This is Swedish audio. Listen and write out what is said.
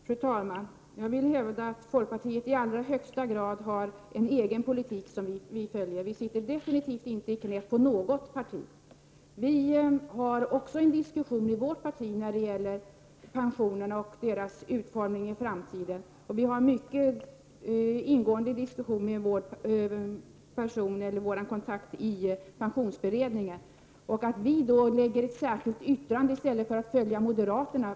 Fru talman! Jag vill hävda att folkpartiet i allra högsta grad har en egen politik som vi följer. Vi sitter absolut inte i knät på något parti. Vi har också i vårt parti en diskussion när det gäller pensionerna och deras utformning i framtiden. Vi har också mycket ingående diskussioner med vår kontakt i pensionsberedningen. Charlotte Cederschiöld frågar varför vi lämnar ett särskilt yttrande i stället för att följa moderaterna.